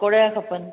पकोड़े लाइ खपनि